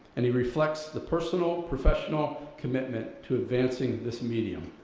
and he reflects the personal professional commitment to advancing this medium.